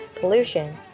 pollution